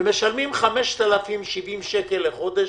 ומשלמים 5,070 שקל לחודש.